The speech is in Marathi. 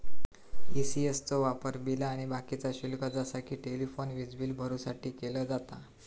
ई.सी.एस चो वापर बिला आणि बाकीचा शुल्क जसा कि टेलिफोन, वीजबील भरुसाठी केलो जाता